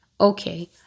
Okay